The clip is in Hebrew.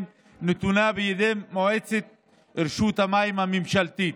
נתונה בידי מועצת רשות המים הממשלתית.